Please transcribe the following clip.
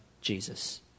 Jesus